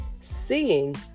Seeing